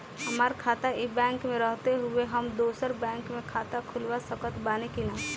हमार खाता ई बैंक मे रहते हुये हम दोसर बैंक मे खाता खुलवा सकत बानी की ना?